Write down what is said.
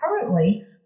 currently